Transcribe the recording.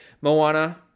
Moana